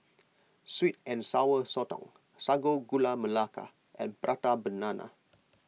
Sweet and Sour Sotong Sago Gula Melaka and Prata Banana